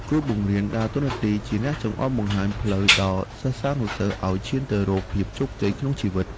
គ្រូបង្រៀនដើរតួនាទីជាអ្នកចង្អុលបង្ហាញផ្លូវដល់សិស្សានុសិស្សឱ្យឈានទៅរកភាពជោគជ័យក្នុងជីវិត។